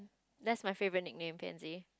that's my favourite nickname